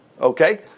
okay